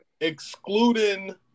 Excluding